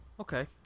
Okay